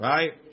Right